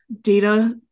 data